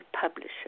publisher